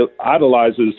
idolizes